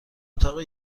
اتاق